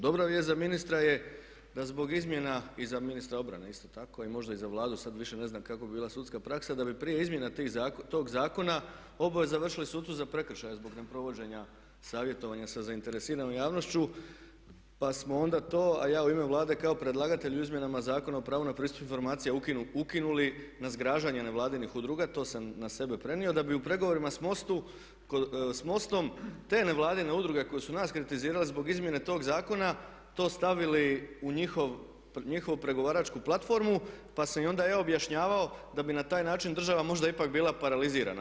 Dobra vijest za ministra je da zbog izmjena i za ministra obrane isto tako, a i možda i za Vladu sad više ne znam kako bi bila sudska praksa, da bi prije izmjena tog zakona oboje završili sucu za prekršaje zbog neprovođenja savjetovanja sa zainteresiranom javnošću, pa smo onda to, a ja u ime Vlade kao predlagatelj u izmjenama Zakona o pravu na pristup informacija ukinuli na zgražanje nevladinih udruga to sam na sebe prenio, da bi u pregovorima sa MOST-om te nevladine udruge koje su nas kritizirale zbog izmjene tog zakona to stavili u njihovu pregovaračku platformu, pa sam im onda ja objašnjavao da bi na taj način država možda ipak bila paralizirana.